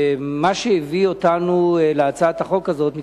זה מה שהביא אותנו להצעת החוק הזאת.